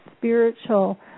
spiritual